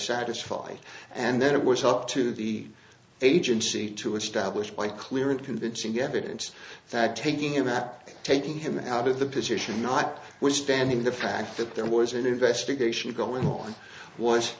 satisfied and then it was up to the agency to establish by clear and convincing evidence that taking him out taking him out of the position not withstanding the fact that there was an investigation going on was